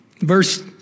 Verse